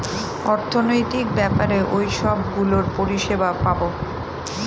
অর্থনৈতিক ব্যাপারে এইসব গুলোর পরিষেবা পাবো